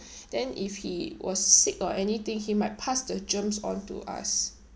then if he was sick or anything he might pass the germs onto us